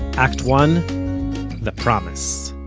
act one the promise